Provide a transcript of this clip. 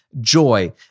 joy